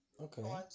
Okay